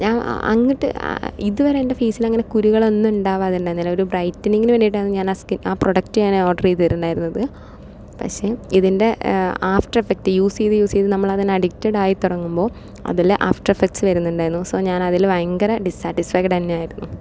ഞാൻ എന്നിട്ട് ഇതുവരെ എൻ്റെ ഫേസിൽ അങ്ങനെ കുരുകൾ ഒന്നും ഉണ്ടാവാറില്ല ഞാൻ ഒരു ബ്രൈറ്റനിങ്ങിന് വേണ്ടീട്ടാണ് ഞാൻ ആ സ്കിൻ ആ പ്രൊഡക്റ്റ് തന്നെ ഞാൻ ഓർഡർ ചെയ്തിട്ടുണ്ടായിരുന്നത് പക്ഷെ ഇതിൻ്റെ ആഫ്റ്റർ എഫ്ഫക്റ്റ് യൂസ് ചെയ്ത് യൂസ് ചെയ്ത് നമ്മൾ അതിന് അഡിക്റ്റഡ് ആയി തുടങ്ങുമ്പോൾ അതിൽ ആഫ്റ്റർ എഫക്ട്സ് വരുന്നുണ്ടായിരുന്നു സോ ഞാൻ അതിൽ ഭയങ്കര ഡിസ്സാറ്റിസ്ഫൈഡ് തന്നെ ആയിരുന്നു